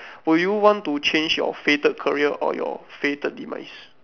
will you want to change your fated career or your fated demise